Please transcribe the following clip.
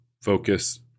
focus